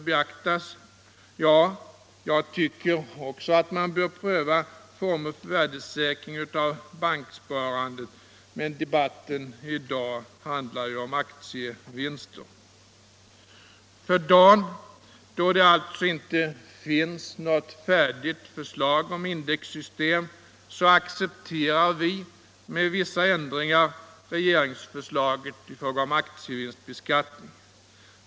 Ja, jag tycker att man bör pröva former för värdesäkring av banksparandet, men debatten i dag handlar ju om aktievinster. För dagen, då det alltså inte finns något färdigt förslag om indexsystem, accepterar vi med vissa ändringar regeringsförslaget i fråga om aktievinstbeskattning.